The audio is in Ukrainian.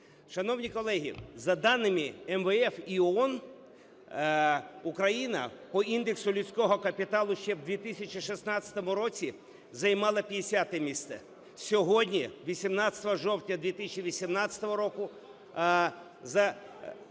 Шановні колеги, за даними МВФ і ООН Україна по індексу людського капіталу ще в 2016 році займала 50 місце… Сьогодні, 18 жовтня 2018 року, за